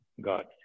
God